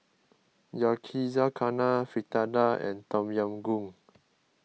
Yakizakana Fritada and Tom Yam Goong